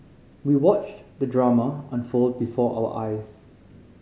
we watched the drama unfold before our eyes